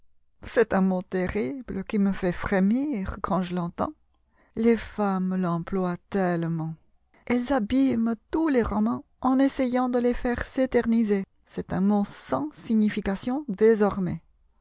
c'est un mot terrible qui me fait frémir quand je l'entends les femmes l'emploient tellement elles abîment tous les romans en essayant de les faire s'éterniser c'est un mot sans signification désormais